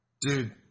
Dude